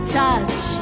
touch